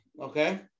okay